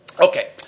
Okay